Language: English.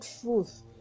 truth